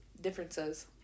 Differences